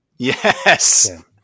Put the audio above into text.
Yes